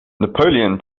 napoleon